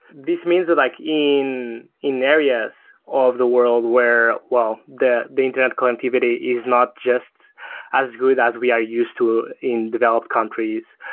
this means like in in areas of the world where well, the the internet connectivity is not just as good as we are used to in developed countries,